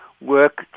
work